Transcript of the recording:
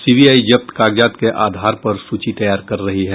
CBI जब्त कागजात के आधार पर सूची तैयार कर रही है